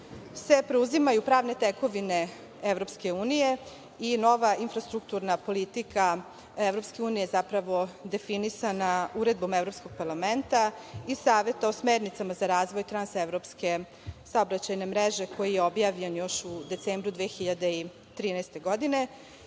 se preuzimaju pravne tekovine EU i nova infrastrukturna politika EU zapravo definisana Uredbom Evropskog parlamenta i Savet o smernicama za razvoj transevropske saobraćajne mreže, koji je objavljen još u decembru 2013.